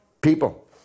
people